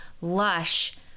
lush